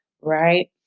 right